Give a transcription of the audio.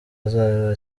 azaba